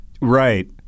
Right